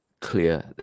clear